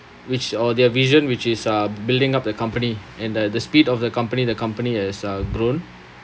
which or their vision which is uh building up the company and the the speed of the company the company has uh grown